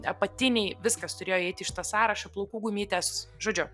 apatiniai viskas turėjo įeiti į šitą sąrašą plaukų gumytės žodžiu